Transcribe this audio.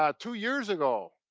ah two years ago,